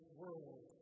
world